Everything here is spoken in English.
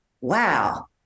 wow